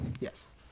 Yes